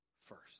first